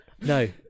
No